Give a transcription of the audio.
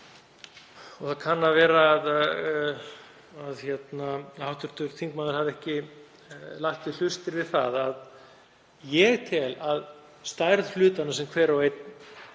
það kann að vera að hv. þingmaður hafi ekki lagt við hlustir, að ég tel að stærð hlutanna sem hver og einn